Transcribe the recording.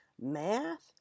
math